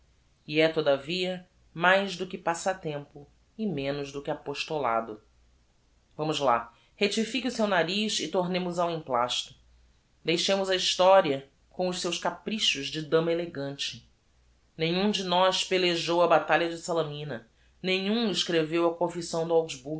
e é todavia mais do que passatempo e menos do que apostolado vamos lá rectifique o seu nariz e tornemos ao emplasto deixemos a historia com os seus caprichos de dama elegante nenhum de nós pelejou a batalha de salamina nenhum escreveu a confissão